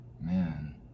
man